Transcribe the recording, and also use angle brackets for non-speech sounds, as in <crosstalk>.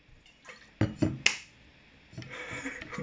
<noise>